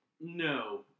No